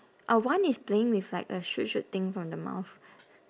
uh one is playing with like a shoot shoot thing from the mouth